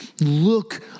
look